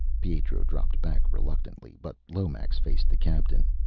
pietro dropped back reluctantly, but lomax faced the captain.